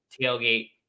tailgate